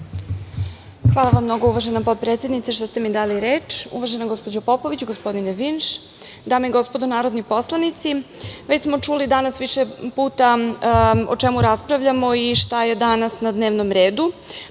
Hvala vam mnogo, uvažena potpredsednice, što ste mi dali reč. Uvažena gospođo Popović, gospodine Vinš, dame i gospodo narodni poslanici, već smo čuli danas više puta o čemu raspravljamo i šta je danas na dnevnom redu